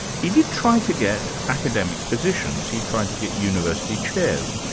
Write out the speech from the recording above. he did try to get academic positions. he tried to get university chairs,